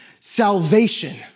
salvation